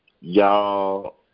y'all